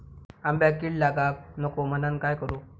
आंब्यक कीड लागाक नको म्हनान काय करू?